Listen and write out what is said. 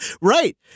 right